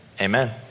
amen